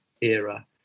era